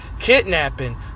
kidnapping